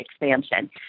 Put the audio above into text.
expansion